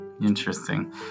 Interesting